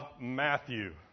Matthew